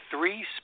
three